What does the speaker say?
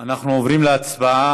אנחנו עוברים להצבעה,